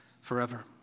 forever